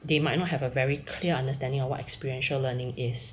they might not have a very clear understanding of what experiential learning is